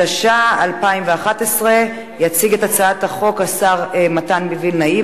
התשע"א 2011. יציג את הצעת החוק השר מתן וילנאי,